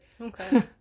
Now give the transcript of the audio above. Okay